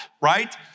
right